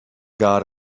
got